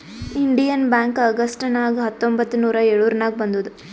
Indian Bank August ನಾಗ್ ಹತ್ತೊಂಬತ್ತ್ ನೂರಾ ಎಳುರ್ನಾಗ್ ಬಂದುದ್